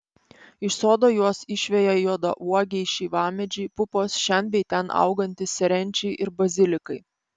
iš sodo juos išveja juodauogiai šeivamedžiai pupos šen bei ten augantys serenčiai ir bazilikai